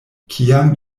kiam